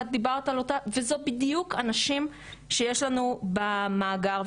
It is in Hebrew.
ואלה בדיוק הנשים שיש לנו במאגר.